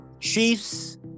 chiefs